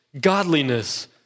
godliness